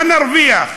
מה נרוויח?